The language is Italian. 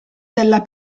della